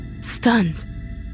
stunned